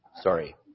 Sorry